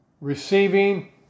receiving